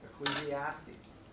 Ecclesiastes